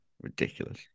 Ridiculous